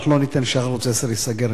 אנחנו לא ניתן שערוץ-10 ייסגר.